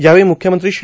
यावेळी मुख्यमंत्री श्री